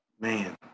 Man